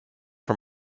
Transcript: for